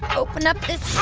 open up